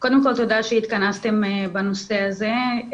תודה שהתכנסתם בנושא הזה.